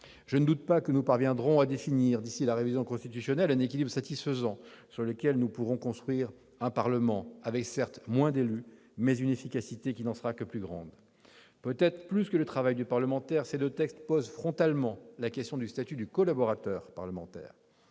Je ne doute pas que nous parviendrons à définir d'ici à la révision constitutionnelle un équilibre satisfaisant sur lequel nous pourrons construire un Parlement avec, certes, moins d'élus, mais une efficacité qui n'en sera que plus grande. Plus que du statut du parlementaire, ces deux textes posent frontalement la question du statut du collaborateur parlementaire.